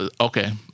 okay